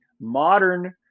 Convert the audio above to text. modern